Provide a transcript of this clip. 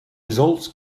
results